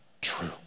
true